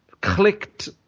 clicked